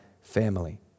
family